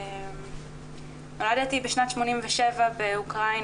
נולדתי בשנת 1987 באוקראינה